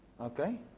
Okay